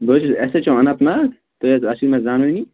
بہٕ حظ چھُس S H O Anantnag تُہی حظ آسِو مےٚ زنانٕے